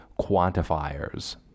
quantifiers